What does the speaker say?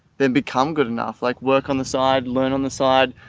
then become good enough like work on the side, learn on the side,